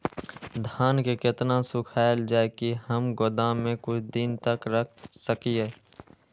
धान के केतना सुखायल जाय की हम गोदाम में कुछ दिन तक रख सकिए?